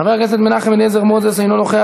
חבר הכנסת מנחם אליעזר מוזס, אינו נוכח.